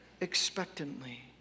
expectantly